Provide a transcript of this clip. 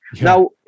Now